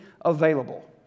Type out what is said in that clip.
available